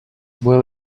well